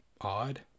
odd